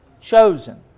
chosen